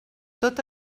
tot